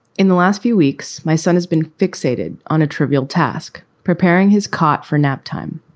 in the last few weeks, my son has been fixated on a trivial task, preparing his court for naptime.